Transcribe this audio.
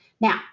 Now